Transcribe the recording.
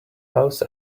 house